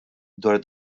dwar